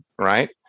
right